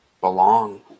belong